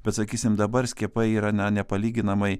bet sakysim dabar skiepai yra na nepalyginamai